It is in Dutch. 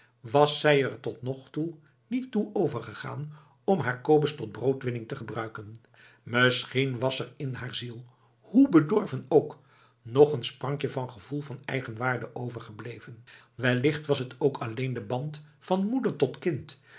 was zij er tot nog toe niet toe overgegaan om haar kobus tot broodwinning te gebruiken misschien was er in haar ziel hoe bedorven ook nog een sprankje gevoel van eigenwaarde overgebleven wellicht was het ook alleen de band van moeder tot kind